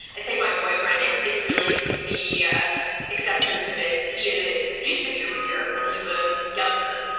i'd say my boyfriend is really the exception to this. he ah used to be a reader when he was younger,